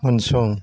उनसं